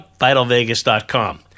VitalVegas.com